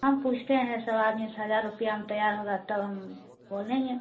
हम पूछते हैं सब आदमियों से हज़ार रुपया में तैयार होगा तब हम बोलेंगे